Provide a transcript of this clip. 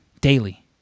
daily